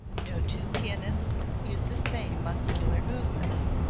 no two pianists use the same muscular movements.